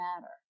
matter